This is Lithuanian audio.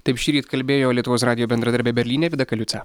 taip šįryt kalbėjo lietuvos radijo bendradarbė berlyne vida kaliuca